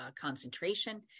concentration